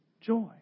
joy